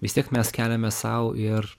vis tiek mes keliame sau ir